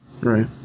right